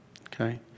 okay